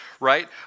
right